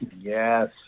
yes